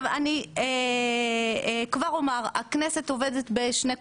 אני כבר אומר: הכנסת עובדת בשני כובעים.